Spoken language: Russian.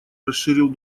расширил